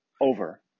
over